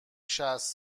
شصت